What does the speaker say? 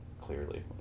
clearly